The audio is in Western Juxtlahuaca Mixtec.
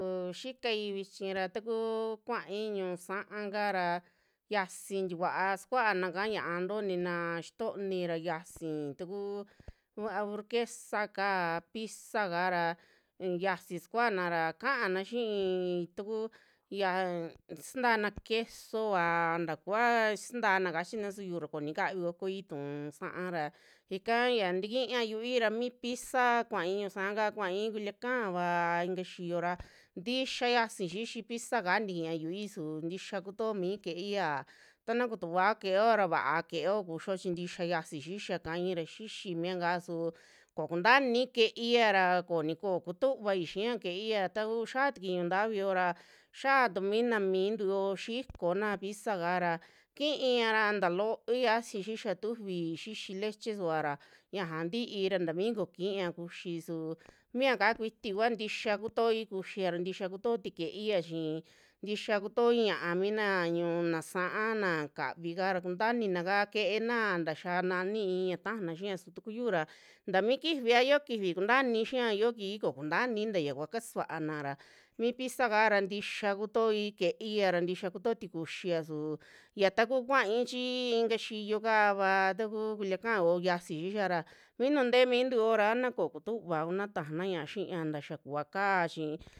Ku sikai vichi ra katuu kuai ñu'u saaka ra xiasi tinkuaa sukuanaka ñia'a toonina xitoni ra, xiasi takuu a- hamburguesa kaa, pizza kara xiasii sikuana ra ka'ana xii taku ñiaa satanna quesova takua sitana kachina suyu ra koonikavi kuakuai tu'un sa'a ra, ika yaa tikia xiui ra mi pizza kuai ñu'u sa'aka, kuai culiacan va ika xiyo ra tixaa xiasi xixi pizzaka tikia yiui suu ntiya kutoo mi keiya, tana kutuvao keeoa ra vaa keeoa kuxio chi ntiya xasi xixia kaaira, xixi mia kaa su koo kuntaini keeia ra koni koo kutuvai xia keia taku xiaa tukui ñu'un ntavi yoora, xiaa tumii na mintu xikona pizzaka kiiara taa looi xiasi xixia tufi, xixi leche suvaa ra yaja ntii ra taami koo kiia kuxi suu miaka kuiti kua ntixia kutoi kuxiara, ntixia kutootui keia chi ntixa kuito ña'a mina ñu'u na sa'a na kavi kaara kuntaainina kaa keena taxaa nani i'i, i'i ya tajana xia su taku ra ntaa mi kifia, yoo kifi kuntaaini xia yoo kiji kokuntaini taya kua kasuanara mi pizza kara tixa kutoi ke'eia ra, ntixa kutotui kuxia suu ya ta kuu kuaai chi inka xiyokava taku culiacan yo xiasi xixiara, mi nuu ntee mintu yoo ra a na kokutuva kuna tajana ñiaa xia ntaa xaa kuva kaa chi.